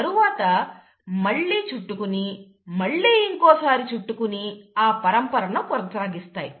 తరువాత మళ్లీ చుట్టుకుని మళ్లీ ఇంకోసారి చుట్టుకుని ఆ పరంపరను కొనసాగిస్తాయి